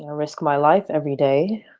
ah risk my life every day,